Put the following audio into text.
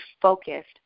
focused